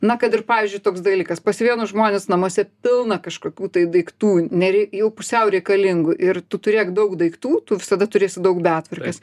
na kad ir pavyzdžiui toks dalykas pas vienus žmones namuose pilna kažkokių tai daiktų neri jau pusiau reikalingų ir tu turėk daug daiktų tu visada turėsi daug betvarkės